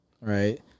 right